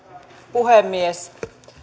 puhemies